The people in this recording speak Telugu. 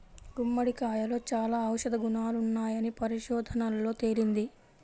గుమ్మడికాయలో చాలా ఔషధ గుణాలున్నాయని పరిశోధనల్లో తేలింది